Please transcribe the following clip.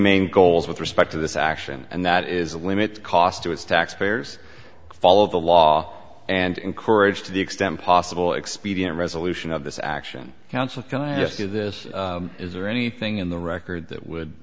main goals with respect to this action and that is a limit cost to its taxpayers follow the law and encourage to the extent possible expedient resolution of this action council can i just do this is there anything in the record that would